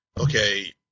okay